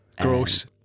gross